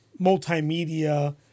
multimedia